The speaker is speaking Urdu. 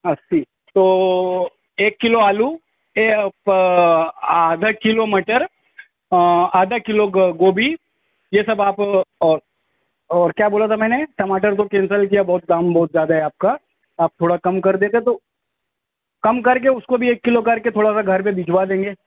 اسی تو ایک کلو آلو اے آدھا کلو مٹر آدھا کلو گوبھی یہ سب آپ اور اور کیا بولا تھا میں نے ٹماٹر تو کینسل کیا بہت دام بہت زیادہ ہے آپ کا آپ تھوڑا کم کر دیتے تو کم کر کے اس کو بھی ایک کلو کر کے تھوڑا سا گھر پہ بھجوا دیں گے